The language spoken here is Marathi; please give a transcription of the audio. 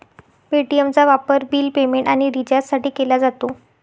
पे.टी.एमचा वापर बिल पेमेंट आणि रिचार्जसाठी केला जातो